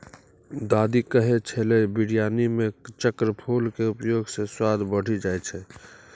दादी कहै छेलै बिरयानी मॅ चक्रफूल के उपयोग स स्वाद बढ़ी जाय छै